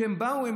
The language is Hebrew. כשהם באו,